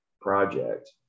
project